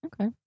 Okay